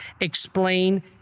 explain